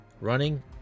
running